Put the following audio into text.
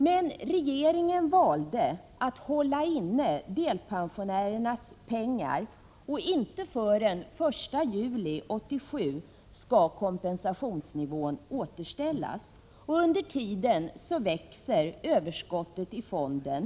Men regeringen valde att hålla inne delpensionärernas pengar, och inte förrän den 1 juli 1987 skall kompensationsnivån återställas. Under tiden växer överskottet i fonden.